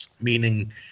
meaning